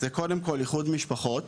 זה קודם כל איחוד משפחות,